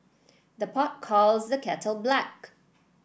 the pot calls the kettle black